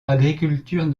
agriculture